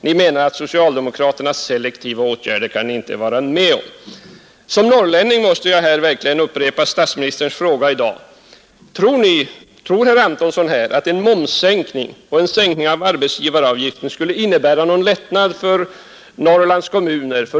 Ni menar att ni inte kan vara med om socialdemokraternas selektiva åtgärder. Som norrlänning måste jag här upprepa statsministerns fråga tidigare i dag: Tror herr Antonsson att en momssänkning och en sänkning av arbetsgivaravgiften skulle innebära någon lättnad för Norrlands kommuner?